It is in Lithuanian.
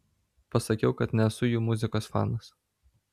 pasakiau kad nesu jų muzikos fanas